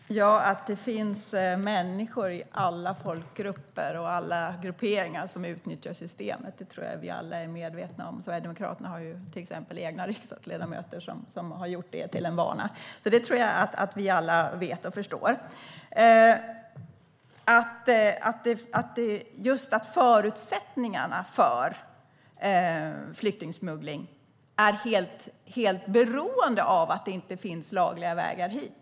Herr talman! Att det finns människor i alla folkgrupper och i alla grupperingar som utnyttjar systemet är vi nog alla medvetna om. Sverigedemokraterna har ju till exempel egna riksdagsledamöter som har gjort det till en vana. Det tror jag att vi alla vet och förstår. Förutsättningarna för flyktingsmuggling är helt beroende av att det inte finns lagliga vägar hit.